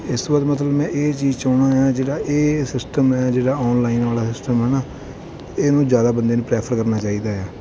ਇਸ ਤੋਂ ਬਾਅਦ ਮਤਲਬ ਮੈਂ ਇਹ ਚੀਜ਼ ਚਾਹੁੰਦਾ ਹਾਂ ਜਿਹੜਾ ਇਹ ਸਿਸਟਮ ਹੈ ਜਿਹੜਾ ਆਨਲਾਈਨ ਵਾਲਾ ਸਿਸਟਮ ਹੈ ਨਾ ਇਹਨੂੰ ਜ਼ਿਆਦਾ ਬੰਦੇ ਨੂੰ ਪ੍ਰੈਫਰ ਕਰਨਾ ਚਾਹੀਦਾ ਆ